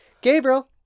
Gabriel